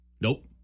Nope